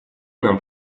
нам